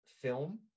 film